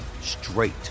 straight